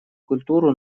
культуру